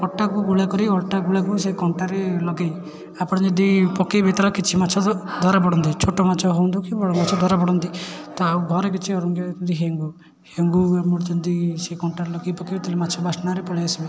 ଅଟାକୁ ଗୁଳା କରି ଅଟା ଗୁଳାକୁ ସେ କଣ୍ଟାରେ ଲଗେଇ ଆପଣ ଯଦି ପକେଇବେ ତା'ର କିଛି ମାଛଧରା ପଡ଼ନ୍ତେ ଛୋଟ ମାଛ ହୁଅନ୍ତୁ କି ବଡ଼ ମାଛ ଧରା ପଡ଼ନ୍ତି ତ ଆଉ ଘରେ କିଛି ହେଙ୍ଗୁ ହେଙ୍ଗୁ ଆମର ଯେମିତି ସେ କଣ୍ଟାରେ ଲଗେଇ ପକେଇବେ ତାହେଲେ ମାଛ ବାସ୍ନାରେ ପଳେଇ ଆସିବେ